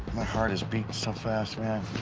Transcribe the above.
my heart is beating so fast man.